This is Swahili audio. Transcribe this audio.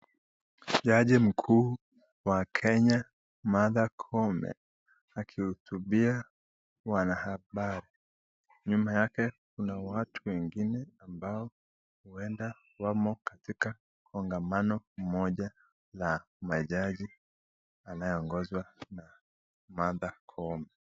Jaji mkuu wa Kenya Martha Koome akihutubia wanahabari. Nyuma yake kuna watu wengine ambao huenda wamo katika muungano mmoja na majaji wanaoongozwa na Martha Koome.